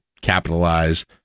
capitalize